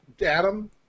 Adam